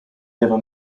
never